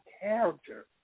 character